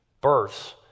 births